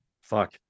fuck